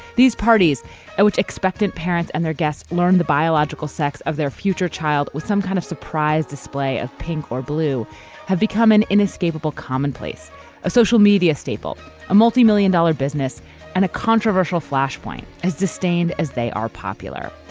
these parties and which expectant parents and their guests learn the biological biological sex of their future child with some kind of surprise display of pink or blue have become an inescapable commonplace social media staple a multi-million dollar business and a controversial flash point has disdained as they are popular.